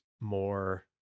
more